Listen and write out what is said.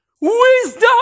Wisdom